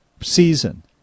season